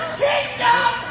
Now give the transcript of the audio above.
kingdom